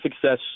success